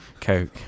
Coke